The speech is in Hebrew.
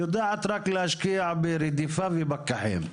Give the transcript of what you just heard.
היא יודעת רק להשקיע ברדיפה ופקחים.